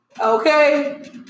Okay